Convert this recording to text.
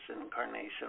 incarnation